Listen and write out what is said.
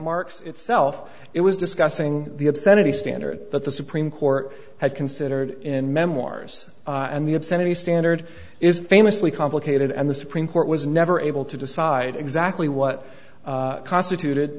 marks itself it was discussing the obscenity standard that the supreme court had considered in memoirs and the obscenity standard is famously complicated and the supreme court was never able to decide exactly what constituted